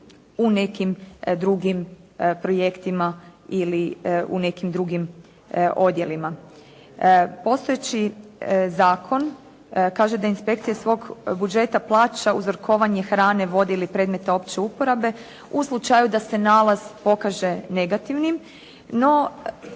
u nekim drugim projektima ili u nekim drugim odjelima. Postojeći zakon kaže da inspekcija iz svog budžeta plaća uzorkovanje hrane, vode ili predmete opće uporabe u slučaju da se nalaz pokaže negativnim, no